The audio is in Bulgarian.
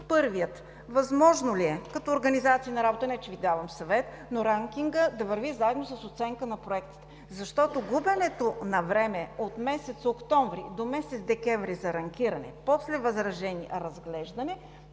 Първият е: възможно ли е като организация на работа, не че Ви давам съвет, но ранкингът да върви заедно с оценката на проектите? Защото губенето на време от октомври до декември за ранкиране, после възражения, разглеждане